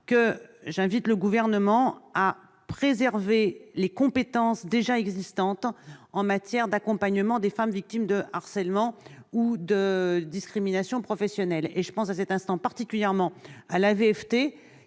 j'invite le Gouvernement à préserver les compétences déjà existantes en matière d'accompagnement des femmes victimes de harcèlement ou de discriminations professionnelles. Je pense particulièrement à l'AVFT,